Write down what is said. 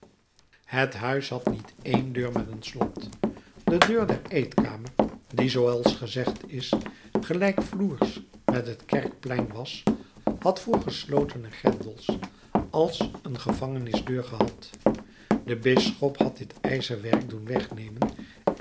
het huis had niet één deur met een slot de deur der eetkamer die zooals gezegd is gelijkvloers met het kerkplein was had vroeger sloten en grendels als een gevangenisdeur gehad de bisschop had dit ijzerwerk doen wegnemen